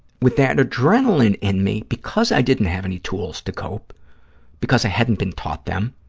with that adrenaline in me, because i didn't have any tools to cope because i hadn't been taught them,